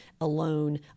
alone